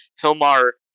Hilmar